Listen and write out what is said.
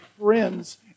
friends